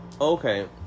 okay